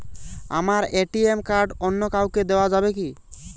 আমার ATM card অন্য কাউকে দেওয়া যাবে কি?